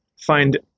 find